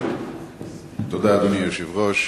תודה, אדוני היושב-ראש.